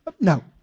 No